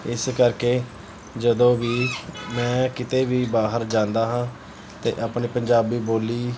ਇਸ ਕਰਕੇ ਜਦੋਂ ਵੀ ਮੈਂ ਕਿਤੇ ਵੀ ਬਾਹਰ ਜਾਂਦਾ ਹਾਂ ਅਤੇ ਆਪਣੀ ਪੰਜਾਬੀ ਬੋਲੀ